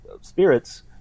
spirits